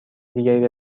دیگری